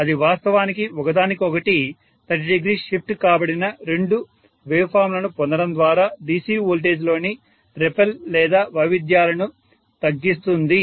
అది వాస్తవానికి ఒకదానికొకటి 300 షిఫ్ట్ కాబడిన రెండు వేవ్ ఫామ్ లను పొందడం ద్వారా DC వోల్టేజ్లోని రెపెల్ లేదా వైవిధ్యాలను తగ్గిస్తుంది